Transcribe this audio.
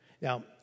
Now